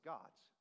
God's